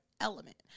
element